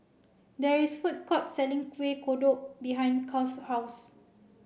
there is a food court selling Kueh Kodok behind Cal's house